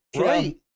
Right